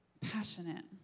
Passionate